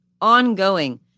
ongoing